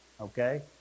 okay